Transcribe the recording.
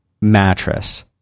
mattress